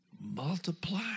Multiply